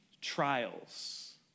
trials